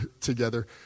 together